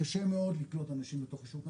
קשה מאוד לקלוט אנשים מתוך השוק,